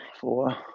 Four